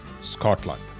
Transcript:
Scotland